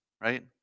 right